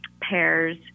pears